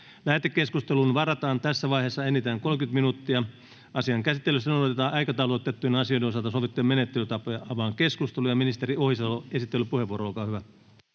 Lähetekeskusteluun varataan tässä vaiheessa enintään 30 minuuttia. Asian käsittelyssä noudatetaan aikataulutettujen asioiden osalta sovittuja menettelytapoja. — Avaan keskustelun. Ministeri Ohisalo, esittelypuheenvuoro, olkaa hyvä.